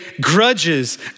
grudges